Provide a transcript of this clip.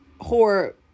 horror